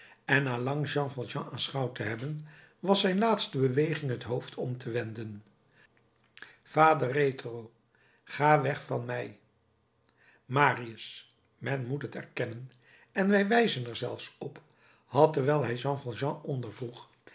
en na lang jean valjean aanschouwd te hebben was zijn laatste beweging het hoofd om te wenden vade retro ga weg van mij marius men moet het erkennen en wij wijzen er zelfs op had terwijl hij jean